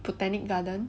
botanic garden